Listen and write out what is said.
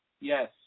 Yes